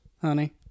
honey